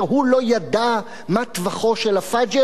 הוא לא ידע מה טווחו של ה"פאג'ר"?